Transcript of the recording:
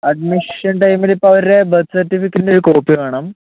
admission ടൈമിലിപ്പോൾ അവരുടെ birth സർട്ടിഫിക്കേറ്റിന്റെ ഒരു കോപ്പി വേണം